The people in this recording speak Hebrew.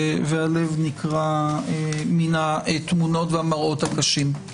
והלב נקרע מהתמונות והמראות הקשים.